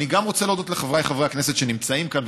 אני גם רוצה להודות לחבריי חברי הכנסת שנמצאים כאן,